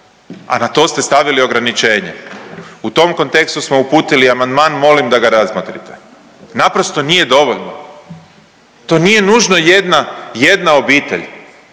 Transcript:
a na to ste stavili ograničenje. U tom kontekstu smo uputili amandman, molim da ga razmotrite. Naprosto nije dovoljno. To nije nužno jedna, jedna obitelj.